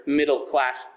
middle-class